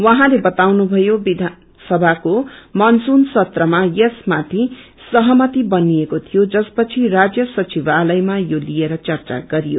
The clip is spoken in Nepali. क्ताउनुथयो विधानसभाको मनसून सत्रमा यसमाथि सहमति बनिएस्रो थियो जसपछि रान्य सचिवालयमा यो लिएर चर्चा गरियो